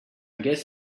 guess